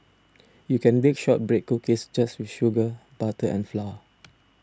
you can bake Shortbread Cookies just with sugar butter and flour